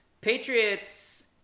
Patriots